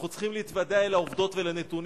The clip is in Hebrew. אנחנו צריכים להתוודע אל העובדות ואל הנתונים,